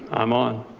i'm on,